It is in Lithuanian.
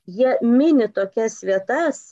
jie mini tokias vietas